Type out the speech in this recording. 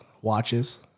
watches